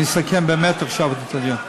אני עכשיו באמת אסכם את הדיון.